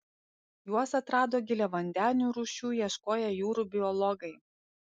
juos atrado giliavandenių rūšių ieškoję jūrų biologai